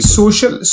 social